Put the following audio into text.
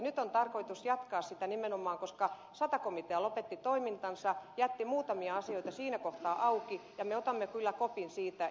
nyt on tarkoitus jatkaa sitä nimenomaan koska sata komitea lopetti toimintansa jätti muutamia asioita siinä kohtaa auki ja me otamme kyllä kopin siitä